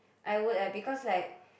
I would eh because like